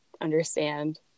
understand